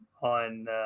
on